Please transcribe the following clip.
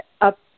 up